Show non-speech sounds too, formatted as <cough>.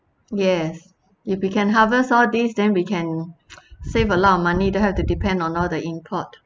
yes if we can harvest all these then we can <noise> save a lot of money don't have to depend on all the import